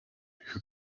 who